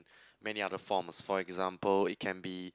many other forms for example it can be